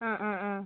ആ ആ ആ